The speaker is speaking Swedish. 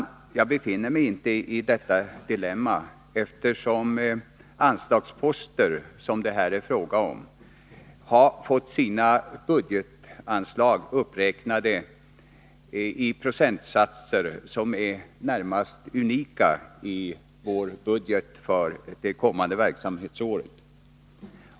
Men jag befinner mig inte i detta dilemma, eftersom de anslagsposter som det här är fråga om har räknats upp med procentsatser som är närmast unika i vår budget för det kommande verksamhetsåret.